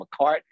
McCartney